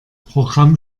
programm